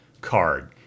card